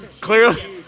clearly